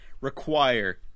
require